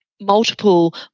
multiple